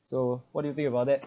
so what do you think about that